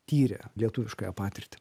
tyrė lietuviškąją patirtį